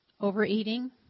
Overeating